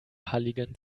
halligen